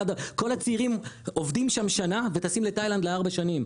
כל הצעירים עובדים שם שנה וטסים לתאילנד לארבע שנים.